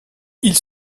ils